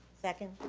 second.